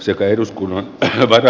sekä eduskunnan päätöksellä